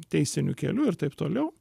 teisiniu keliu ir taip toliau